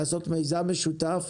לעשות מיזם משותף,